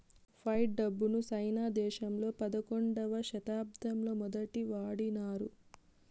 fight డబ్బును సైనా దేశంలో పదకొండవ శతాబ్దంలో మొదటి వాడినారు